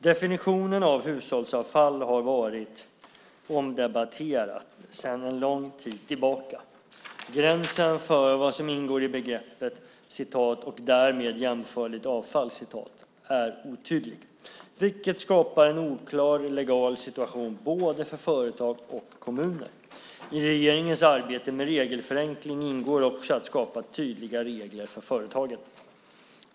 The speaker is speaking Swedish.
Definitionen av hushållsavfall har varit omdebatterad sedan en lång tid tillbaka. Gränsen för vad som ingår i begreppet "och därmed jämförligt avfall" är otydlig, vilket skapar en oklar legal situation både för företag och för kommuner. I regeringens arbete med regelförenkling ingår också att skapa tydliga regler för företagen.